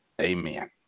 Amen